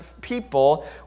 people